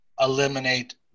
eliminate